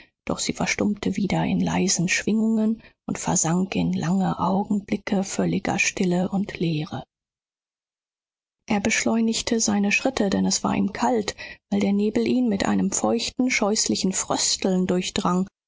doch sie verstummte wieder in leisen schwingungen und versank in lange augenblicke völliger stille und leere er beschleunigte seine schritte denn es war ihm kalt weil der nebel ihn mit einem feuchter scheußlichen frösteln durchdrang